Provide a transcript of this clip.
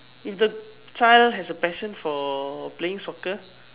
if the child have a passion for playing soccer